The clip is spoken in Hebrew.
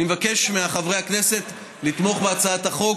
אני מבקש מחברי הכנסת לתמוך בהצעת החוק.